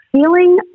feeling